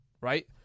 right